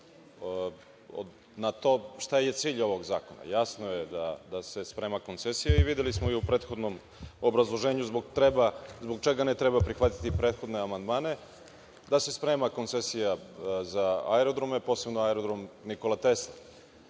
šta je cilj ovog zakona. Jasno je da se sprema koncesija i videli smo i u prethodnom obrazloženju zbog čega ne treba prihvatiti prethodne amandmane, da se sprema koncesija za aerodrome, posebno aerodrom „Nikola Tesla“.Mi